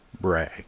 Brag